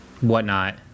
whatnot